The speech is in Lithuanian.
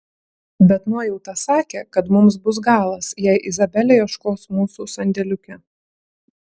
bet nuojauta sakė kad mums bus galas jei izabelė ieškos mūsų sandėliuke